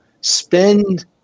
spend